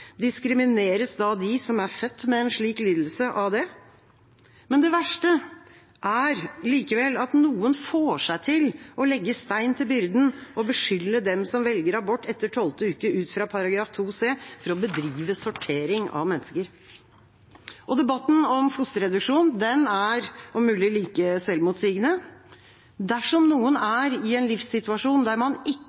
Diskrimineres da de som er født med en slik lidelse? Det verste er likevel at noen får seg til å legge stein til byrden og beskylde dem som velger abort etter tolvte uke ut fra § 2 c, for å bedrive sortering av mennesker. Debatten om fosterreduksjon er om mulig like selvmotsigende. Dersom noen er i en livssituasjon der man ikke